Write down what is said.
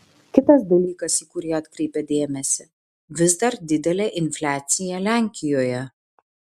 kitas dalykas į kurį atkreipia dėmesį vis dar didelė infliacija lenkijoje